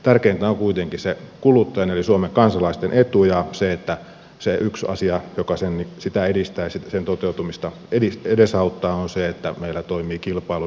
tärkeintä on kuitenkin se kuluttajan eli suomen kansalaisten etu ja se yksi asia joka sen toteutumista edesauttaa on se että meillä toimii kilpailu näillä markkinoilla hyvin